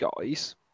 guys